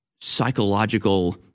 psychological